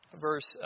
verse